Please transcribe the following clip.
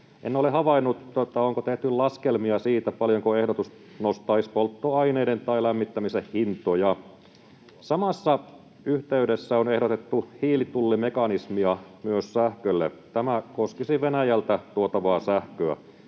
En ole havainnut, onko tehty laskelmia siitä, paljonko ehdotus nostaisi polttoaineiden tai lämmittämisen hintoja. Samassa yhteydessä on ehdotettu hiilitullimekanismia myös sähkölle. Tämä koskisi Venäjältä tuotavaa sähköä.